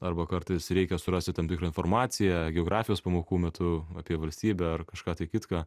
arba kartais reikia surasti tam tikrą informaciją geografijos pamokų metu apie valstybę ar kažką tai kitką